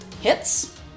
hits